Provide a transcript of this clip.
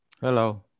Hello